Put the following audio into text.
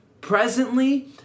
presently